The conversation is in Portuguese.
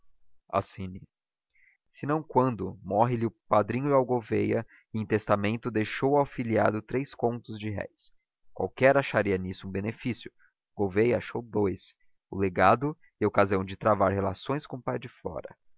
assine senão quando morre lhe o padrinho ao gouveia e em testamento deixou ao afilhado três contos de réis qualquer acharia nisso um benefício gouveia achou dous o legado e a ocasião de travar relações com o pai de flora